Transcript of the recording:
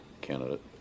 candidate